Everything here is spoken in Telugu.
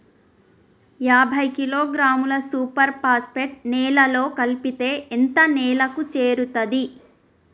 యాభై కిలోగ్రాముల సూపర్ ఫాస్ఫేట్ నేలలో కలిపితే ఎంత నేలకు చేరుతది?